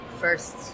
First